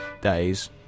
days